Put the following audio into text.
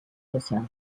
herself